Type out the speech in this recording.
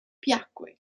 piacque